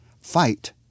Fight